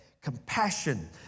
compassion